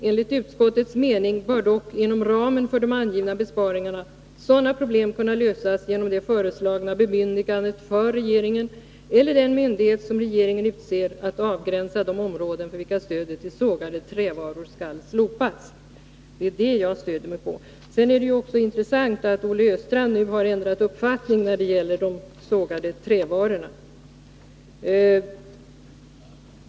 Enligt utskottets mening bör dock, inom ramen för de angivna besparingarna, sådana problem kunna lösas genom det föreslagna bemyndigandet för regeringen eller den myndighet som regeringen utser att avgränsa de områden för vilka stödet till sågade trävaror skall slopas.” Det är detta jag stöder mig på. Men det är också intressant att Olle Östrand nu har ändrat uppfattning när det gäller sågade trävaror.